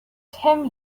tim